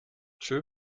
tschö